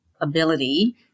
ability